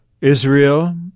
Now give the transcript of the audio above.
Israel